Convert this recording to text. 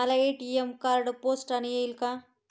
मला ATM card पोस्टाने येईल का?